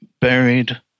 buried